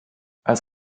als